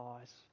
eyes